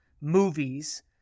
movies